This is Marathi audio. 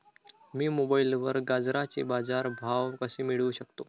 मी मोबाईलवर गाजराचे बाजार भाव कसे मिळवू शकतो?